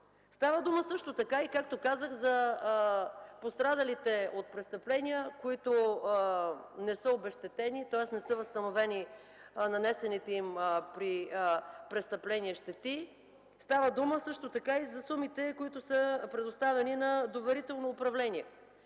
Става дума също така, както казах, за пострадалите от престъпления, които не са обезщетени, тоест не са възстановени нанесените им при престъпление щети. Става дума също така и за сумите, които са предоставени на доверително управление.